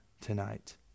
tonight